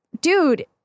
dude